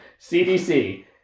CDC